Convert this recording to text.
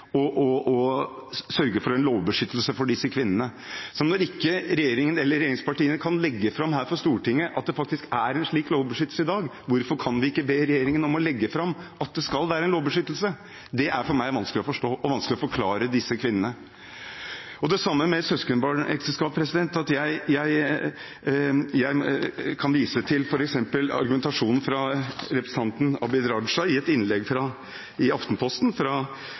«gjennomgå lovgivningen» og sørge for en lovbeskyttelse for disse kvinnene. Så når ikke regjeringen eller regjeringspartiene kan legge fram her for Stortinget at det faktisk er en slik lovbeskyttelse i dag, hvorfor kan vi ikke be regjeringen om å legge fram at det skal være en lovbeskyttelse? Det er for meg vanskelig å forstå og vanskelig å forklare for disse kvinnene. Det samme gjelder søskenbarnekteskap. Jeg kan vise til f.eks. argumentasjonen fra representanten Abid Q. Raja i et innlegg i Aftenposten fra